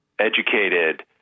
educated